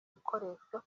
bikoresho